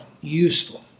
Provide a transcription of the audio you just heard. useful